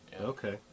Okay